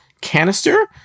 canister